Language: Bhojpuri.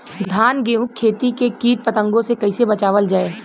धान गेहूँक खेती के कीट पतंगों से कइसे बचावल जाए?